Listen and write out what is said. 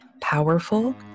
powerful